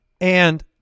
And-